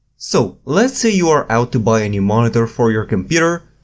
so, let's say you are out to buy a new monitor for your computer,